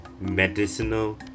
medicinal